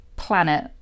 planet